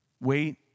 Wait